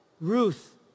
Ruth